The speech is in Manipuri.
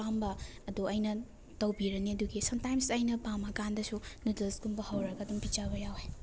ꯑꯄꯥꯝꯕ ꯑꯗꯣ ꯑꯩꯅ ꯇꯧꯕꯤꯔꯅꯤ ꯑꯗꯨꯒꯤ ꯁꯝꯇꯥꯏꯝꯁ ꯑꯩꯅ ꯄꯥꯝꯕ ꯀꯥꯟꯗꯁꯨ ꯅꯨꯗꯜꯁꯀꯨꯝꯕ ꯍꯧꯔꯒ ꯑꯗꯨꯝ ꯄꯤꯖꯕ ꯌꯥꯎꯋꯦ